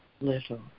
little